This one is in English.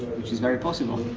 which is very possible.